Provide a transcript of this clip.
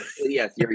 yes